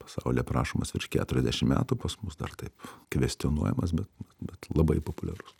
pasauly aprašomas virš keturiasdešimt metų pas mus dar taip kvestionuojamas bet bet labai populiarus